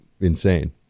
insane